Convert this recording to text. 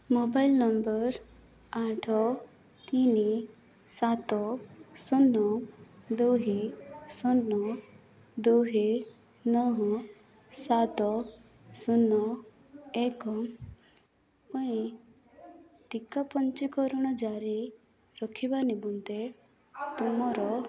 mobile number number ଆଠ ତିନି ସାତ ଶୂନ ଦୁଇ ଶୂନ ଦୁଇ ନଅ ସାତ ଶୂନ ଏକ ପାଇଁ ଟିକା ପଞ୍ଜୀକରଣ ଜାରି ରଖିବା ନିମନ୍ତେ ତୁମର